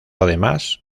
además